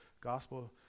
gospel